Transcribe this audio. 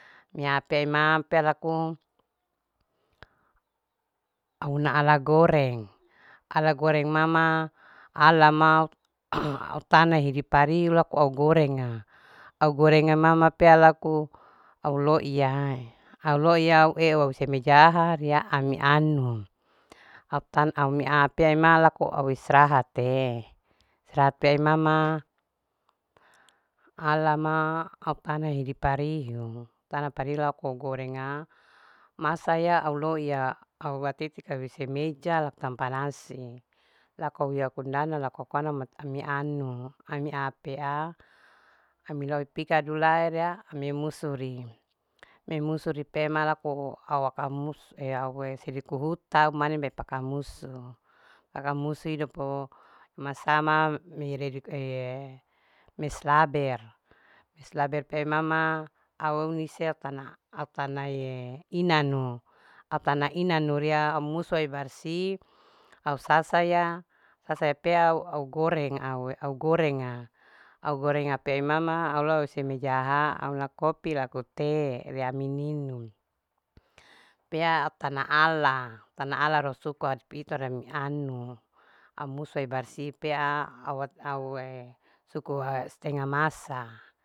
Mia pe ima pe laku au na ala goreng ala goreng mama alama au tana hidi pariu loku au gorenga au gorenge mama pea laku au loiyaae. au loiya au eu semejaha. ari ami anu au tan ami an pe ema ko au istirahat te istirahat pe imama alama au tana hidi pariu au tana hidi pariu lako gorenga masa ya au loiya awatiti. lou isi meja laku tanpa nasi lakou ya kundana hokana mat ami anu ami pea amilou pikadu la rea aminusuri mimusuri pe ma lako auka mus ea aue riku huta ami peka musu paka, musu hudipo masama meredikue meslaber. meslaber pea mama au eunise au tana au tanae inanu au tana inanu ria au musua ibarsi au sasaya sasaya, pea au goreng. au gorenga. au goreng pea mama au loi hise mejahaha au una kopi laku te ria amininu pea au tana ala. tana ala ria sukua adi pito anu au musua barsi pea aw auwe sukuwa stenga masa